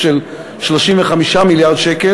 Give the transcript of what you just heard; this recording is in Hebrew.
של קבוצת סיעת חד"ש לסעיף 1 לא נתקבלה.